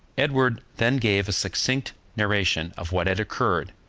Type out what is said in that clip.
edward then gave a succinct narration of what had occurred,